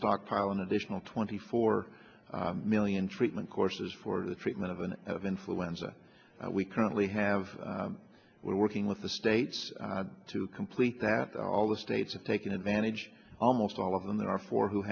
stockpile an additional twenty four million treatment courses for the treatment of n of influenza we currently have we're working with the states to complete that all the states are taking advantage almost all of them there are four who